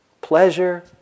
pleasure